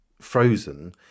frozen